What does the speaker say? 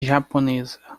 japonesa